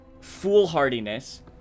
foolhardiness